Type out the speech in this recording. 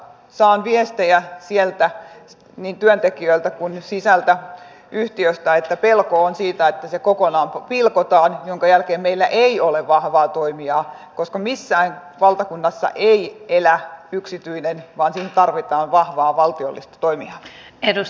saan viestejä sieltä niin työntekijöiltä kuin yhtiöstä sisältä että pelko on siitä että se kokonaan pilkotaan minkä jälkeen meillä ei ole vahvaa toimijaa koska missään valtakunnassa ei elä yksityinen vaan siihen tarvitaan vahvaa valtiollista toimijaa